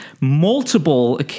Multiple